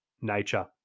nature